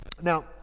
Now